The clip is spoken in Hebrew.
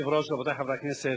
אדוני היושב-ראש, רבותי חברי הכנסת,